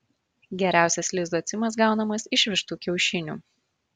geriausias lizocimas gaunamas iš vištų kiaušinių